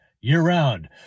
year-round